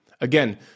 Again